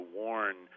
warn